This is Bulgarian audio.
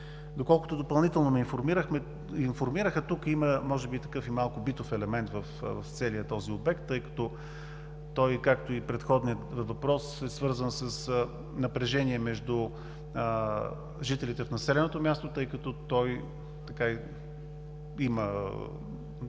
Доколкото допълнително ме информираха, тук има, може би, малко и битов елемент в целия този обект, тъй като той, както и предходният въпрос е свързан с напрежение между жителите в населеното място, защото има